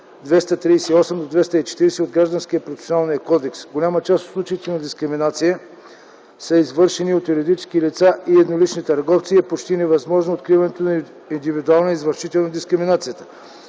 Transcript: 238-240 от Гражданския процесуален кодекс. Голяма част от случаите на дискриминация са извършени от юридически лица и еднолични търговци и е почти невъзможно откриването на индивидуалния извършител на дискриминацията,